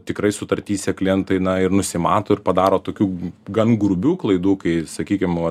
tikrai sutartyse klientai na ir nusimato ir padaro tokių gan grubių klaidų kai sakykim